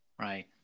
Right